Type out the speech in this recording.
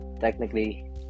technically